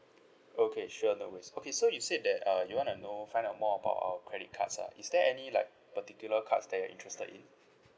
okay sure no worries okay so you said that uh you wanna know find out more about our credit cards ah is there any like particular cards that you're interested in